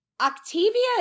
Octavia